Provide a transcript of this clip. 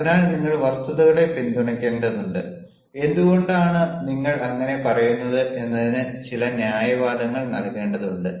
അതിനാൽ നിങ്ങൾ വസ്തുതകളെ പിന്തുണയ്ക്കേണ്ടതുണ്ട് എന്തുകൊണ്ടാണ് നിങ്ങൾ അങ്ങനെ പറയുന്നത് എന്നതിന് ചില ന്യായവാദങ്ങൾ നൽകേണ്ടതുണ്ട്